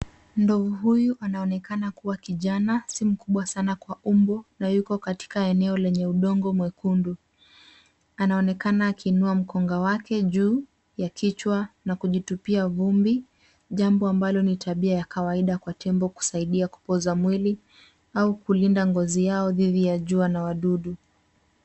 Ndovu huyu anaonekana kuwa kijana, si mkubwa sana kwa umbo na yuko katika eneo lenye udongo mwekundu. Anaonekana akiunua mkonga wake juu ya kichwa na kujitupia vumbi, jambo ambalo ni tabia ya kawaida kwa tembo kusaidia kupoza mwili au kulinda ngozi yao dhidi ya jua na wadudu.